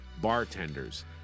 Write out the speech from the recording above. bartenders